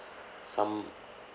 some